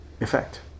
effect